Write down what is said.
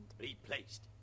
Replaced